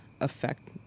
affect